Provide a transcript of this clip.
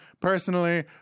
personally